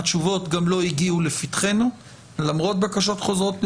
התשובות גם לא הגיעו לפתחנו למרות בקשות חוזרות ונשנות,